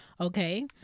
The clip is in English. okay